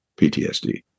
PTSD